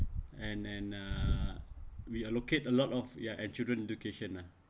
and and uh we allocate a lot of ya and children education lah